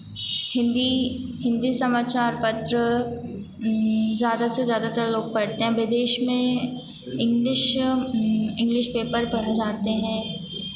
हिंदी हिंदी समाचार पत्र ज़्यादा से ज़्यादातर लोग पढ़ते हैं विदेश में इंग्लिश इंग्लिश पेपर पढ़े जाते हैं